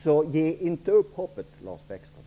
Så ge inte upp hoppet, Lars Bäckström!